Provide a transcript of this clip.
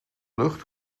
lucht